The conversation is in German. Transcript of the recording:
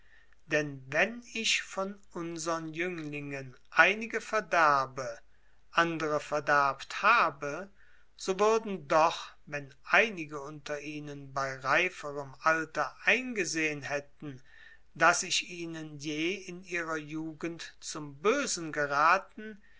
denn wenn ich von unsern jünglingen einige verderbe andere verderbt habe so würden doch wenn einige unter ihnen bei reiferem alter eingesehen hätten daß ich ihnen je in ihrer jugend zum bösen geraten